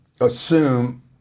assume